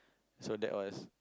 so that was